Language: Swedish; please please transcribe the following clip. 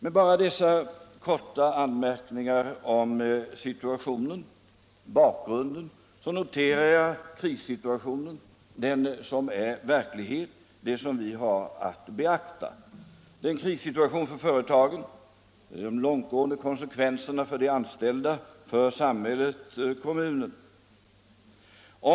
Efter dessa kortfattade anmärkningar om situationen och bakgrunden till den noterar jag krissituationen — den som redan är verklighet och den som vi har att beakta — för företagen och de långtgående konsekvenserna för de anställda, för samhället och för kommunerna i fråga.